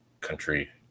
country